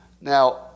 Now